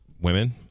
women